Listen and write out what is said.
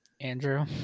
Andrew